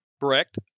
Correct